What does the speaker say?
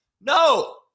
No